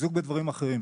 חיזוק בדברים אחרים.